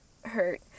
hurt